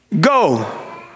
Go